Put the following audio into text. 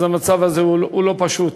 המצב הזה הוא לא פשוט,